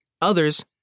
Others